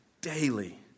daily